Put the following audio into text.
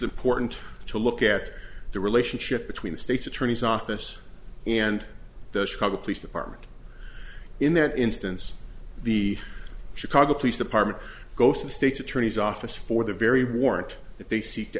important to look at the relationship between the state's attorney's office and the chicago police department in that instance the chicago police department go to the state's attorney's office for the very warrant they seek to